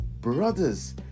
Brothers